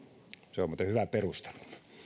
se on on muuten hyvä perustelu